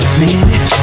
minute